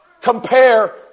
compare